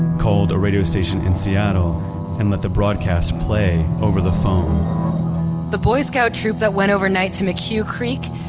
called a radio station in seattle and let the broadcast play over the phone the boy scout troop that went overnight to mchugh creek,